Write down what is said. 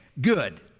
good